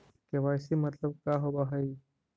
KYC मतलब का होव हइ?